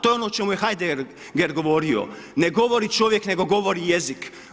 To je ono o čemu je ... govorio, ne govori čovjek nego govori jezik.